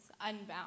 unbound